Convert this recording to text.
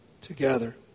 together